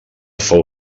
fou